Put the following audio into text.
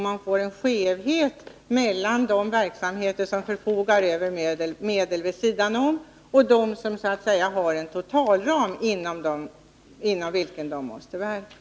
Man får också en skevhet mellan de verksamheter som förfogar över medel vid sidan om och de som har en totalram inom vilken de måste verka.